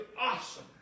Awesome